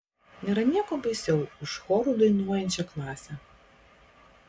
nėra nieko baisiau už choru dainuojančią klasę